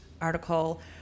article